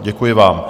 Děkuji vám.